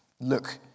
Look